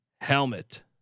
helmet